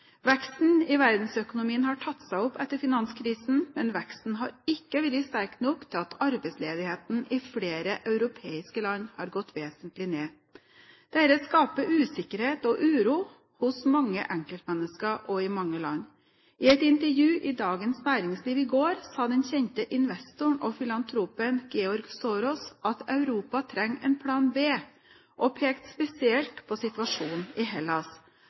Veksten i verdensøkonomien har tatt seg opp etter finanskrisen, men veksten har ikke vært sterk nok til at arbeidsledigheten i flere europeiske land har gått vesentlig ned. Dette skaper usikkerhet og uro hos mange enkeltmennesker og i mange land. I et intervju i Dagens Næringsliv i går sa den kjente investoren og filantropen George Soros at Europa trenger en plan B, og pekte spesielt på situasjonen i Hellas.